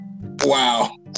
wow